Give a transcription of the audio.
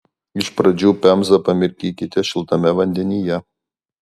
iš pradžių pemzą pamirkykite šiltame vandenyje